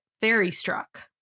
fairy-struck